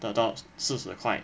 得到四十块